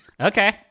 Okay